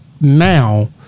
now